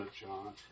John